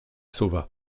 sauva